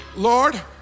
Lord